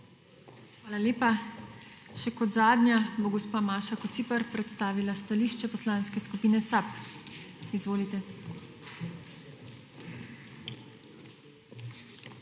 Hvala lepa. Še kot zadnja bo gospa Maša Kociper predstavila stališče Poslanske skupine SAB. Izvolite.